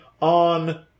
on